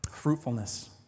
Fruitfulness